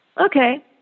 Okay